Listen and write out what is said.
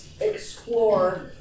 Explore